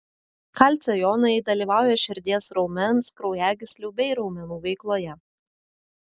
kalcio jonai dalyvauja širdies raumens kraujagyslių bei raumenų veikloje